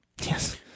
Yes